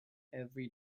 every